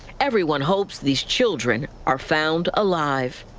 everyone hopes these children are found alive.